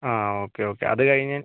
ആ okay okay അത് കഴിഞ്ഞ്